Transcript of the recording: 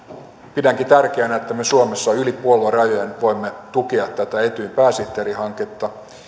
pidänkin tärkeänä että me suomessa yli puoluerajojen voimme tukea tätä etyjin pääsihteerihanketta